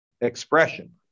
expression